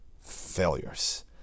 failures